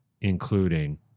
including